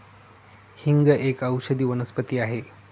हिंग एक औषधी वनस्पती आहे